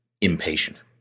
impatient